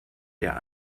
der